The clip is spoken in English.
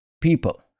people